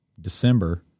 December